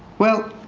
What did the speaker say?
well,